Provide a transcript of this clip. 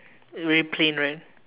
very plain one